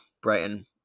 Brighton